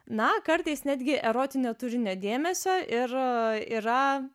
na kartais netgi erotinio turinio dėmesio ir yra